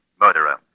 murderer